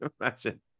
imagine